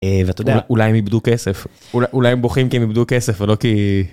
ואתה יודע אולי הם איבדו כסף אולי הם בוכים כי הם איבדו כסף ולא כי.